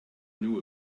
knew